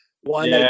one